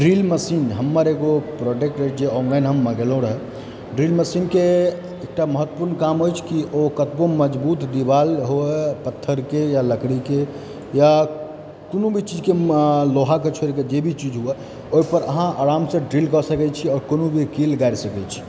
drill machine हमर एगो product अछि जे आनलाइन हम मंगेलहुँ रऽ ड्रिलिङ्गग मशीनके एकटा महत्वपूर्ण काम अछि कि ओ कतबो मजबूत दिवाल होय पत्थरके या लकड़ीके या कोनो भी चीजके लोहाके छोड़िके जे भी चीज हुए ओहि पर अहाँ आरामसंँ ड्रिलके सकय छी आओर कोनो भी कील गारि सकय छी